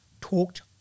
talked